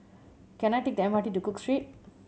can I take the M R T to Cook Street